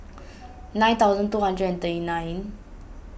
nine thousand two hundred and thirty nine